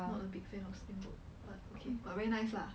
not a big fan of steamboat but okay but very nice lah